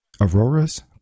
Aurora's